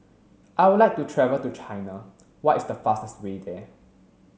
I would like to travel to China what is the fastest way there